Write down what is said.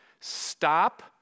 stop